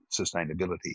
sustainability